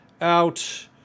out